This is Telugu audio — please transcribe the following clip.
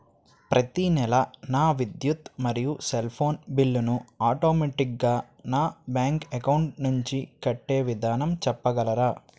ప్రతి నెల నా విద్యుత్ మరియు సెల్ ఫోన్ బిల్లు ను ఆటోమేటిక్ గా నా బ్యాంక్ అకౌంట్ నుంచి కట్టే విధానం చెప్పగలరా?